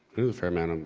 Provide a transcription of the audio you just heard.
ooh, a fair amount. and